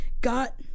got